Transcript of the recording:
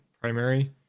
primary